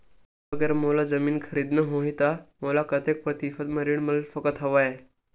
अगर मोला जमीन खरीदना होही त मोला कतेक प्रतिशत म ऋण मिल सकत हवय?